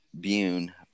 Bune